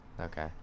Okay